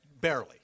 Barely